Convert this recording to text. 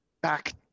back